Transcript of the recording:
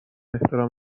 احترام